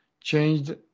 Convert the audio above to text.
changed